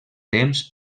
temps